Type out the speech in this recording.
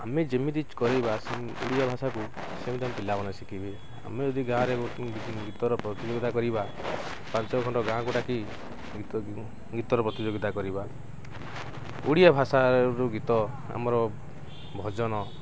ଆମେ ଯେମିତି କରିବା ସେ ଓଡ଼ିଆ ଭାଷାକୁ ସେମିତି ଆମେ ପିଲାମାନେ ଶିଖିବେ ଆମେ ଯଦି ଗାଁରେ ଗୀତର ପ୍ରତିଯୋଗିତା କରିବା ପାଞ୍ଚ ଖଣ୍ଡ ଗାଁକୁ ଡାକି ଗୀତ ଗୀତର ପ୍ରତିଯୋଗିତା କରିବା ଓଡ଼ିଆ ଭାଷାରୁ ଗୀତ ଆମର ଭଜନ